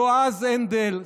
יועז הנדל,